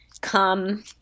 come